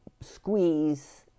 squeeze